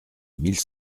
mille